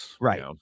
right